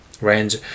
range